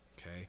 Okay